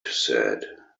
said